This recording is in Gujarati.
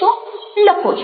લખો છો